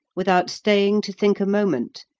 without staying to think a moment,